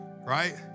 right